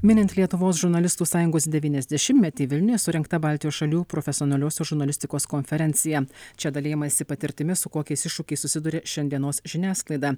minint lietuvos žurnalistų sąjungos devyniasdešimtmetį vilniuje surengta baltijos šalių profesionalios žurnalistikos konferencija čia dalijamasi patirtimi su kokiais iššūkiais susiduria šiandienos žiniasklaida